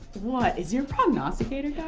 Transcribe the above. what, is your prognosticator